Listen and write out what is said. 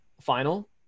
final